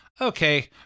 Okay